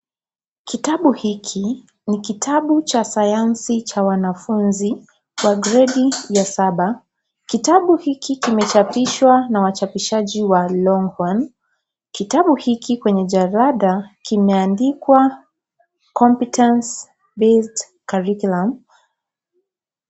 Kitabu hiki, ni kitabu cha sayansi cha wanafunzi, wa gedi, ya saba, kitabu hiki kimechapishwa na wachapishaji wa (cs)Long horn(cs), kitabu hiki kwenye jarada, kimeandikwa, (cs)competence based curriculum (cs).